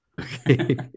Okay